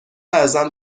ازم